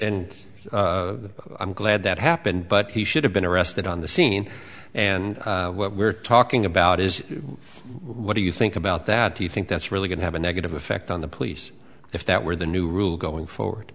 and i'm glad that happened but he should have been arrested on the scene and what we're talking about is what do you think about that do you think that's really going to have a negative effect on the police if that were the new rule going forward